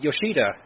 Yoshida